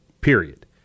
period